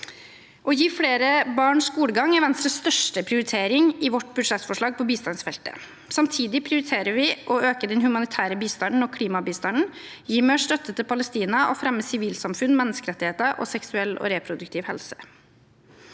Å gi flere barn skolegang er Venstres største prioritering i vårt budsjettforslag på bistandsfeltet. Samtidig prioriterer vi å øke den humanitære bistanden og klimabistanden, gi mer støtte til Palestina og fremme sivilsamfunn, menneskerettigheter og seksuell og reproduktiv helse.